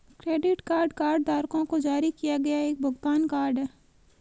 credit card कार्डधारकों को जारी किया गया एक भुगतान कार्ड है